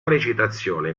recitazione